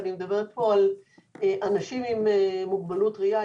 ואני מדברת פה על אנשים עם מוגבלות ראייה,